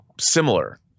similar